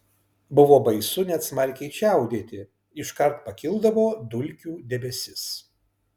buvo baisu net smarkiai čiaudėti iškart pakildavo dulkių debesis